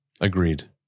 Agreed